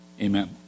Amen